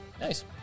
Nice